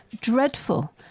dreadful